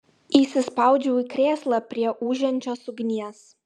įsispraudžiau į krėslą prie ūžiančios ugnies